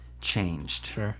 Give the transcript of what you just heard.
Changed